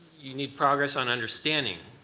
you need progress on understanding,